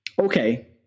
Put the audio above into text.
Okay